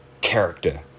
character